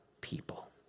people